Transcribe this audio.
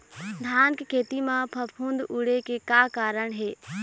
धान के खेती म फफूंद उड़े के का कारण हे?